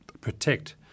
protect